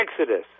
Exodus